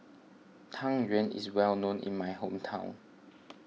Tang Yuen is well known in my hometown